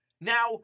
Now